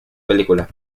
película